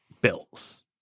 bills